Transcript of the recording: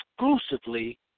exclusively